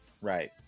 Right